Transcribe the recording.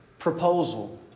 Proposal